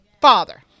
father